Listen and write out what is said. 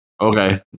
Okay